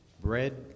bread